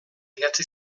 idatzi